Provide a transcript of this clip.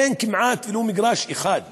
אין כמעט אפילו מגרש אחד לבנייה,